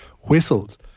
whistled